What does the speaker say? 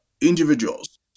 individuals